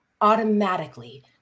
automatically